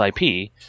IP